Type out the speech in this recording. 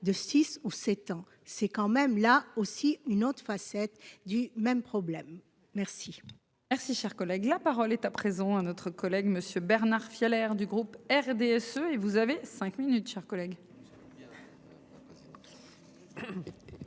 de 6 ou 7 ans, c'est quand même là aussi une autre facette du même problème merci. Merci, cher collègue, la parole est à présent à notre collègue Monsieur Bernard Fiolet du groupe RDSE. Et vous avez 5 minutes, chers collègues.